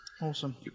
Awesome